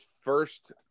first